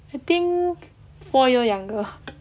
I think four year younger